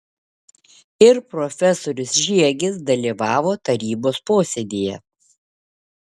ir profesorius žiegis dalyvavo tarybos posėdyje